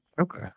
Okay